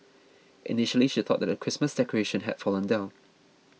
initially she thought that a Christmas decoration had fallen down